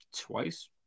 twice